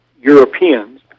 Europeans